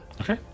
Okay